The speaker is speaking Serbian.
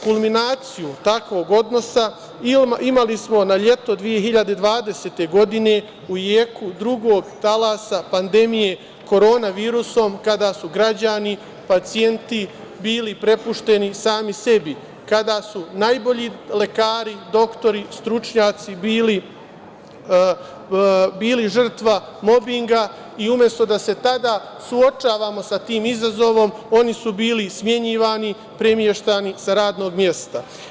Kulminaciju takvog odnosa imali smo na leto 2020. godine, u jeku drugog talasa pandemije korona virusom, kada su građani pacijenti bili prepušteni sami sebi, kada su najbolji lekari, doktori, stručnjaci, bili žrtva mobinga i umesto da se tada suočavamo sa tim izazovom, oni su bili smenjivani i premeštani sa radnog mesta.